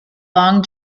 long